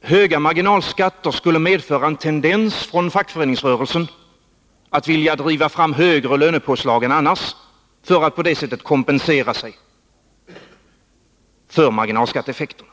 höga marginalskatter skulle medföra en tendens från fackföreningsrörelsen att vilja driva fram högre lönepåslag än annars för att på det sättet kompensera sig för marginalskatteeffekterna.